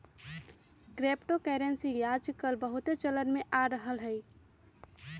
crypto currency याजकाल बहुते चलन में आ रहल हइ